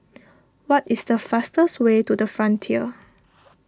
what is the fastest way to the Frontier